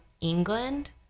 England